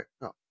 No